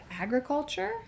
agriculture